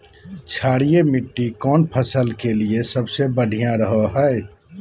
क्षारीय मिट्टी कौन फसल के लिए सबसे बढ़िया रहो हय?